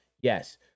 Yes